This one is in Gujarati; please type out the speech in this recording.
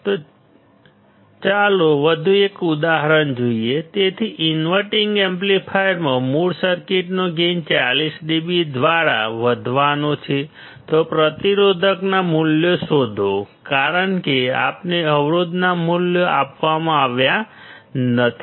ચાલો એક વધુ ઉદાહરણ જોઈએ તેથી ઇન્વર્ટીંગ એમ્પ્લીફાયરમાં મૂળ સર્કિટનો ગેઇન 40 dB દ્વારા વધારવાનો છે તો પ્રતિરોધકોના મૂલ્યો શોધો કારણ કે આપણને અવરોધના મૂલ્યો આપવામાં આવ્યા નથી